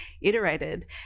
iterated